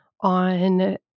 on